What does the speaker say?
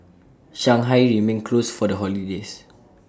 Shanghai remained closed for the holidays